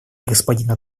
господина